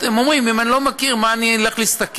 הם אומרים: אם אני לא מכיר מה אני אלך להסתכל?